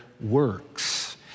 works